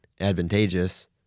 advantageous